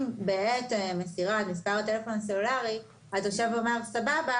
אם בעת מסירת מספר הטלפון הסלולרי התושב אמר: סבבה